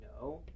No